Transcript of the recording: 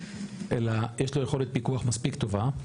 אלא יש לו יכולת פיקוח מספיק טובה,